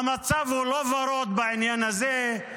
המצב לא ורוד בעניין הזה.